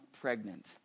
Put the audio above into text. pregnant